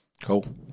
Cool